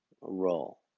role